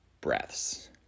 breaths